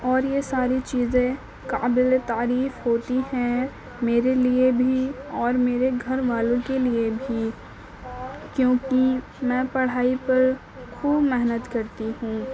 اور یہ ساری چیزیں قابل تعریف ہوتی ہیں میرے لیے بھی اور میرے گھر والوں کے لیے بھی کیونکہ میں پڑھائی پر خوب محنت کرتی ہوں